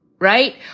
right